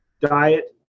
diet